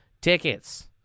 tickets